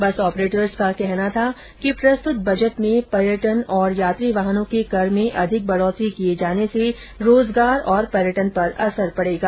बस ऑपरेटर्स का कहना था कि प्रस्तृत बजट में पर्यटन और यात्री वाहनों के ं कर में अधिक बढोतरी किए जाने से रोजगार और पर्यटन पर असर पड़ेगा